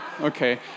okay